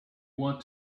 want